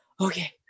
Okay